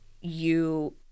you-